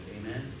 Amen